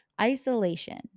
isolation